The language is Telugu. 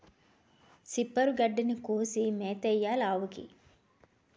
సిప్పరు గడ్డిని కోసి మేతెయ్యాలావుకి